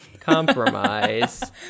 compromise